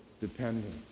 dependence